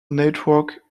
network